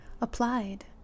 applied